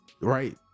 right